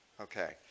Okay